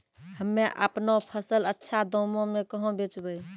हम्मे आपनौ फसल अच्छा दामों मे कहाँ बेचबै?